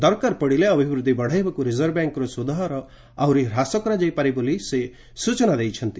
ଦରକାର ପଡ଼ିଲେ ଅଭିବୃଦ୍ଧି ବଡ଼ାଇବାକୁ ରିଜର୍ଭ ବ୍ୟାଙ୍କ୍ ସ୍ବଧହାର ଆହ୍ରରି ହ୍ରାସ କରାଯାଇପାରେ ବୋଲି ସେ ସ୍ବଚନା ଦେଇଛନ୍ତି